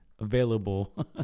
available